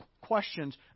questions